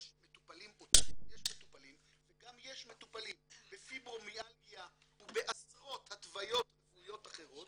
יש מטופלים וגם יש מטופלים בפיברומיאלגיה ובעשרות התוויות רפואיות אחרות